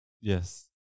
yes